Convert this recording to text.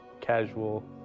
casual